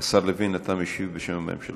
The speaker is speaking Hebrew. השר לוין, אתה משיב בשם הממשלה.